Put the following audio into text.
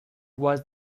was